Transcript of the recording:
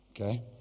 Okay